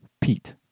Pete